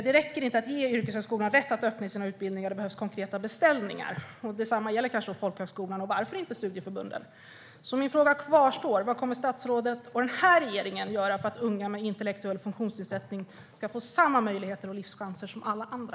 Det räcker inte att ge yrkeshögskolan rätt att öppna sina utbildningar, utan det behövs konkreta beställningar. Detsamma gäller då kanske folkhögskolan, och varför inte studieförbunden. Min fråga kvarstår alltså. Vad kommer statsrådet och den här regeringen att göra för att unga med intellektuell funktionsnedsättning ska få samma möjligheter och livschanser som alla andra?